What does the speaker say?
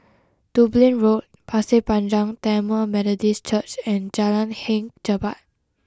Dublin Road Pasir Panjang Tamil Methodist Church and Jalan Hang Jebat